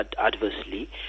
adversely